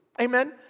Amen